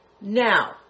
Now